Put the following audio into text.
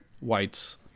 whites